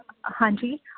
ਹਾਂਜੀ